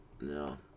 No